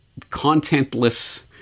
contentless